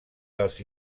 dels